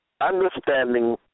Understanding